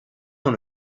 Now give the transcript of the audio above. dans